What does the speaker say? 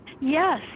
Yes